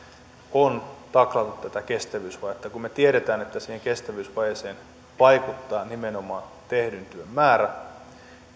on taklata tätä kestävyysvajetta kun me tiedämme että siihen kestävyysvajeeseen vaikuttaa nimenomaan tehdyn työn määrä